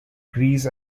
grease